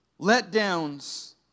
Letdowns